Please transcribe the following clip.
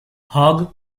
hog